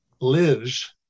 lives